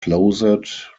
closet